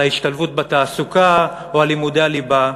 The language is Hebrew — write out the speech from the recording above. על ההשתלבות בתעסוקה או על לימודי הליבה,